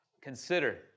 Consider